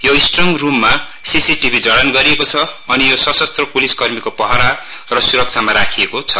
यो स्ट्रङग रुममा सीसीटीभी जडान गरिएको छ अनि यो सशस्त्र प्लिसकर्मीको पहरा र सुरक्षामा राखिएको छ